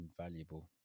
valuable